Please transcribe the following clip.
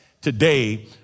today